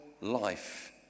life